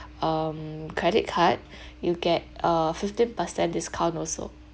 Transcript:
um credit card you get a fifteen per cent discount also